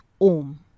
Om